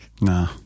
Nah